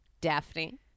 Daphne